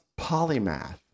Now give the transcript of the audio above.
polymath